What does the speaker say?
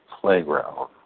playground